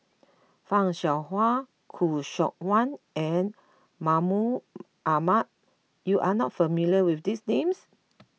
Fan Shao Hua Khoo Seok Wan and Mahmud Ahmad you are not familiar with these names